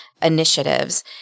initiatives